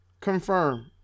confirm